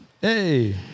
Hey